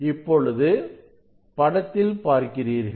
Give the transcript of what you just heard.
இப்பொழுது படத்தில் பார்க்கிறீர்கள்